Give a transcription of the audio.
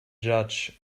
judge